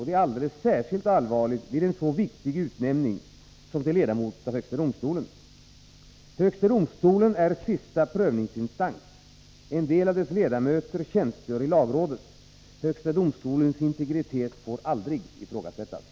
Det är alldeles särskilt allvarligt vid en så viktig utnämning som utnämning till ledamot av högsta domstolen. Högsta domstolen är sista prövningsinstans. En del av dess ledamöter tjänstgör i lagrådet. Högsta domstolens integritet får aldrig ifrågasättas.